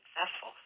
successful